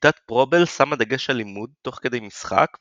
שיטת פרובל שמה דגש על לימוד תוך כדי משחק,